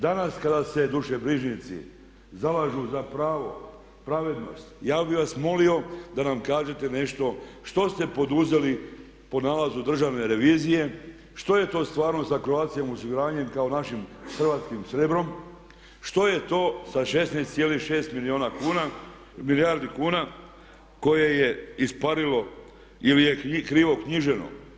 Danas kada se dušobrižnici zalažu za pravo, pravednost ja bi vas molio da nam kažete nešto što ste poduzeli po nalazu Državne revizije, što je to stvarno sa Croatia osiguranjem kao našim hrvatskim srebrom, što je to sa 16,6 milijardi kuna koje je isparilo ili je krivo knjiženo?